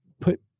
put